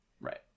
right